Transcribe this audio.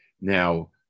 Now